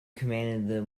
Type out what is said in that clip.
commanded